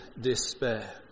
despair